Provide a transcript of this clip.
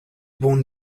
born